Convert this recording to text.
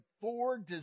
four